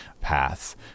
paths